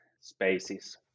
spaces